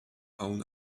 own